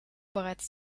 bereits